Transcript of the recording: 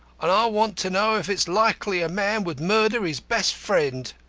and i want to know if it's likely a man would murder his best friend.